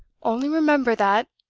only remember that,